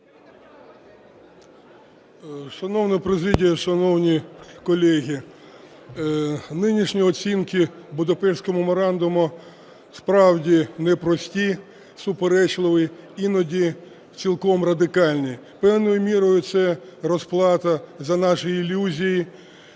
Шановна президія, шановні колеги, нинішні оцінки Будапештського меморандуму, справді, непрості, суперечливі, іноді цілком радикальні. Певною мірою це розплата за наші ілюзії,